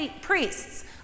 priests